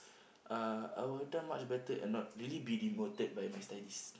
uh I would done much better and not really be demoted by my studies